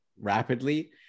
rapidly